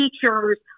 teachers